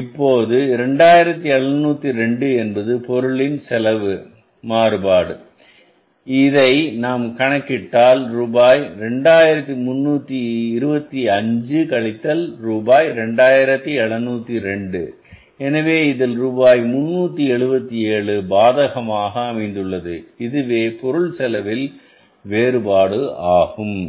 இப்போது 2702 என்பது பொருளின் செலவு மாறுபாடு இதை நாம் கணக்கிட்டால் ரூபாய் 2325 கழித்தல் ரூபாய் 2702 எனவே இதில் ரூபாய் 377 பாதகமாக அமைந்துள்ளது இதுவே பொருள் செலவில் வேறுபாடு ஆகும்